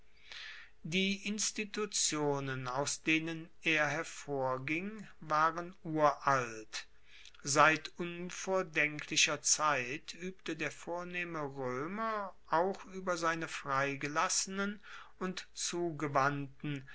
die institutionen aus denen er hervorging waren uralt seit unvordenklicher zeit uebte der vornehme roemer auch ueber seine freigelassenen und zugewandten